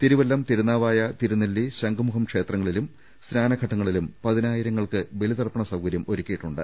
Thiruvallam Thirunavaya Thirunelli Shankumugham ക്ഷേത്രങ്ങളിലും സ്നാനഘട്ട ങ്ങളിലും പതിനായിരങ്ങൾക്ക് ബലിതർപ്പണ സൌകര്യം ഒരുക്കിയി ട്ടുണ്ട്